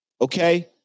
okay